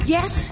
Yes